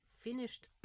finished